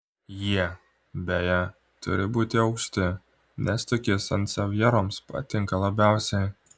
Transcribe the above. jie beje turi būti aukšti nes tokie sansevjeroms patinka labiausiai